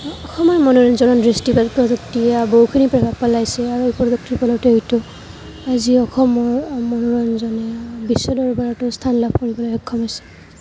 অসমৰ মনোৰঞ্জনৰ দৃশ্য়পটত প্ৰযুক্তিয়ে বহুখিনি প্ৰভাৱ পেলাইছে আৰু প্ৰযুক্তিৰ বলতে হয়তো আজি অসমৰ মনোৰঞ্জনে বিশ্ব দৰবাৰতো স্থান লাভ কৰিবলৈ সক্ষম হৈছে